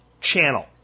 channel